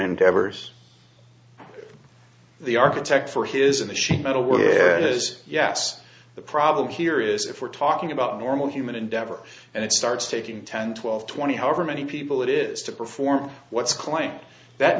endeavors the architect for his a sheet metal worker has yes the problem here is if we're talking about normal human endeavor and it starts taking ten twelve twenty however many people it is to perform what's claimed that